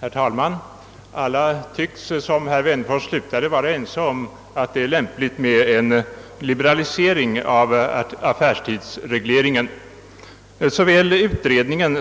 Herr talman! Alla tycks, såsom herr Wennerfors avslutningsvis framhöll, vara ense om att det är lämpligt med en liberalisering av affärstidsregleringen. Utredningen,